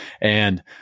And-